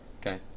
Okay